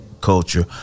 culture